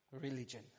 religion